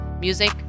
Music